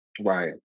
Right